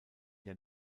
der